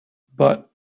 but